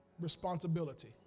responsibility